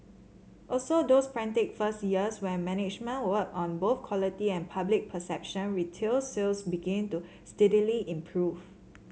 after those frantic first years when management worked on both quality and public perception retail sales began to steadily improve